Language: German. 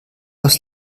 aus